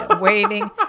waiting